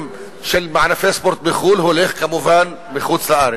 ספורט בחוץ-לארץ הולך כמובן לחוץ-לארץ.